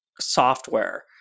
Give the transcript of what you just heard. software